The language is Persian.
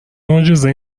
معجزه